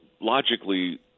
logically